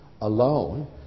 alone